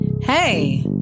hey